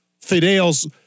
Fidel's